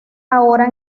ahora